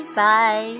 bye